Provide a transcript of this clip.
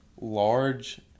large